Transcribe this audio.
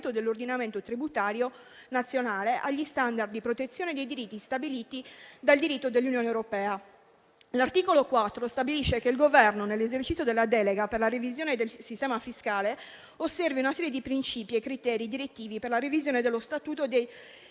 dell'ordinamento tributario nazionale agli *standard* di protezione dei diritti stabiliti dal diritto dell'Unione europea. L'articolo 4 stabilisce che il Governo, nell'esercizio della delega per la revisione del sistema fiscale, osservi una serie di principi e criteri direttivi per la revisione dello statuto dei